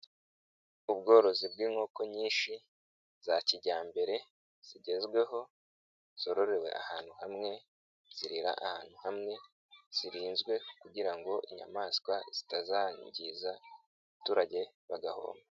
Ubworozi bw'inkoko nyinshi za kijyambere zigezweho zororewe ahantu hamwe, zirira ahantu hamwe, zirinzwe kugira ngo inyamaswa zitazangiza abaturage bagahomba.